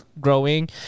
growing